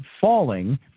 falling